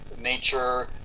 nature